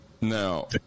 now